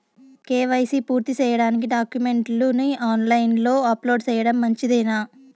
KYC పూర్తి సేయడానికి డాక్యుమెంట్లు ని ఆన్ లైను లో అప్లోడ్ సేయడం మంచిదేనా?